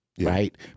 right